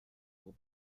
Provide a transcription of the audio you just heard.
will